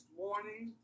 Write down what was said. morning